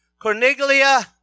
Corniglia